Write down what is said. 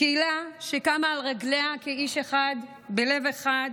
קהילה שקמה על רגליה כאיש אחד בלב אחד